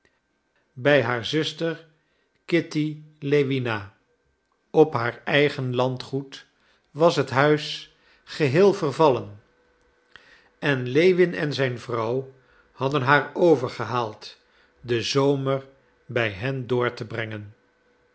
bij haar zuster kitty lewina op haar eigen landgoed was het huis geheel vervallen en lewin en zijn vrouw hadden haar overgehaald den zomer bij hen door te brengen